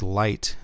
light